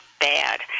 bad